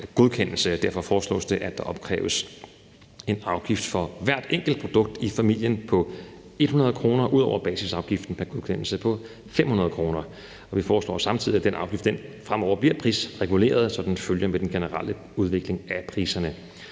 Derfor foreslås det, at der opkræves en afgift for hvert enkelt produkt i familien på 100 kr. udover basisafgiften per godkendelse på 500 kr. Vi foreslår samtidig, at den afgift fremover bliver prisreguleret, så den følger med den generelle udvikling af priserne.